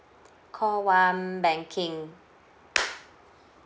call one banking